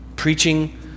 preaching